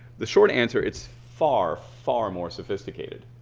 the short answer it's far, far more sophisticated.